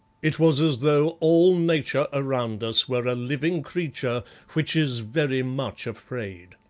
it was as though all nature around us were a living creature which is very much afraid.